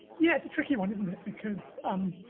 yeah it's a tricky one isn't it because um